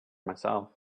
myself